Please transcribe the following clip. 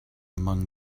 among